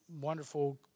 wonderful